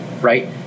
right